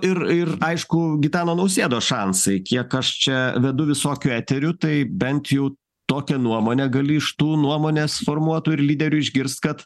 ir ir aišku gitano nausėdos šansai kiek aš čia vedu visokių eterių tai bent jau tokią nuomonę gali iš tų nuomonės formuotojų ir lyderių išgirst kad